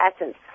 essence